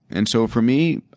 and so for me,